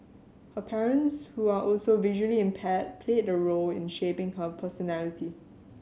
her parents who are also visually impaired played a role in shaping her personality